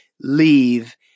leave